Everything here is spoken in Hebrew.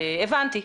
הבנתי.